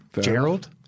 Gerald